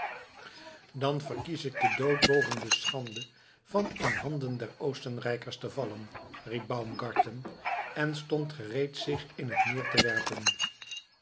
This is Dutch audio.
dan verkies ik den dood boven de schande van in handen der oostenrijkers te vallen riep baumgarten en stond gereed zich in het meer te werpen